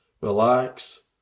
relax